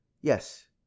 Yes